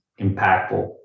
impactful